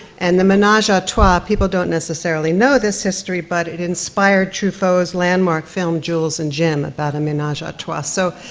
and the menage-a-trois, people don't necessarily know this history, but it inspired trouffaut's landmark film jules and jim, about a menage-a-trois. so,